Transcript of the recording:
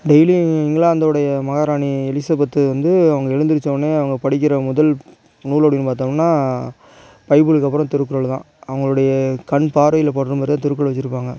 daily இங்கிலாந்துடைய மகாராணி Elizabeth வந்து அவுஙக எழுந்திரிச்சோன்னே அவங்க படிக்கிற முதல் நூல் அப்படின்னு பார்த்தோம்னா பைபிள்க்கு அப்புறம் திருக்குறள் தான் அவங்களுடைய கண்பார்வையில் படுற மாதிரி தான் திருக்குறள் வச்சுருப்பாங்க